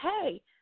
hey